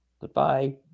Goodbye